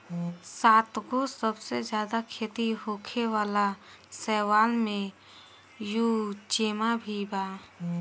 सातगो सबसे ज्यादा खेती होखे वाला शैवाल में युचेमा भी बा